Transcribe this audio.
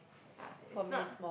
ya it's not